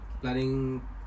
planning